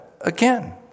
again